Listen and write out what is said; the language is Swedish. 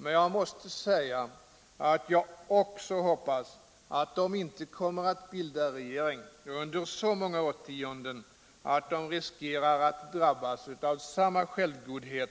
Men jag måste säga att jag också hoppas att de inte kommer att bilda regering under så många årtionden att de riskerar att drabbas av samma självgodhet,